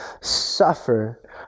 suffer